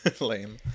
lame